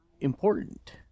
important